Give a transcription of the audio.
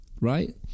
Right